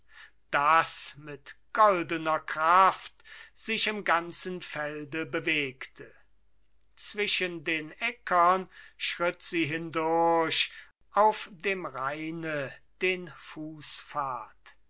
das mit goldener kraft sich im ganzen felde bewegte zwischen den äckern schritt sie hindurch auf dem raine den